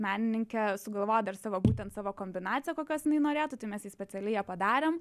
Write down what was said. menininkė sugalvojo dar savo būtent savo kombinaciją kokios jinai norėtų tai mes jai specialiai ją padarėm